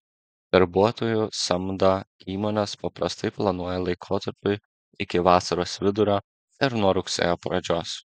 darbuotojų samdą įmonės paprastai planuoja laikotarpiui iki vasaros vidurio ir nuo rugsėjo pradžios